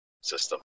system